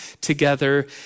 together